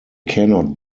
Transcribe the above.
cannot